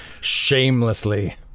Shamelessly